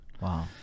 Wow